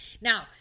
Now